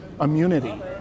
immunity